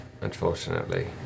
unfortunately